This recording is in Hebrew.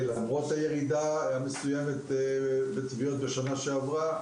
למרות הירידה המסוימת בטביעות בשנה שעברה,